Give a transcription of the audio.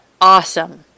awesome